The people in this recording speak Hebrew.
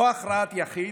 או הכרעת יחיד,